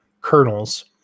kernels